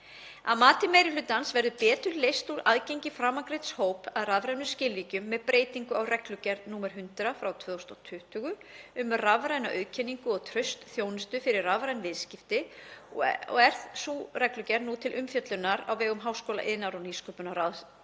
Að mati meiri hlutans verður betur leyst úr aðgengi framangreinds hóps að rafrænum skilríkjum með breytingu á reglugerð nr. 100/2020, um rafræna auðkenningu og traustþjónustu fyrir rafræn viðskipti, og er sú reglugerð nú til umfjöllunar á vegum háskóla-, iðnaðar- og nýsköpunarráðuneytisins